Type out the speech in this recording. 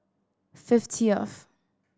fifteenth